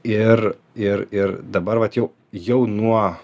ir ir ir dabar vat jau jau nuo